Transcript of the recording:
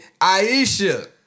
Aisha